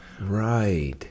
Right